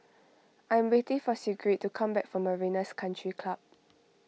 I am waiting for Sigrid to come back from Marina's Country Club